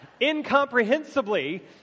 incomprehensibly